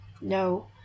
No